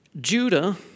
Judah